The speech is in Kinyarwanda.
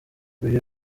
uyu